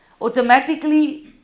Automatically